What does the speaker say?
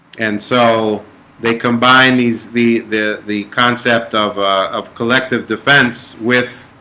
and so they combined these the the the concept of of collective defence with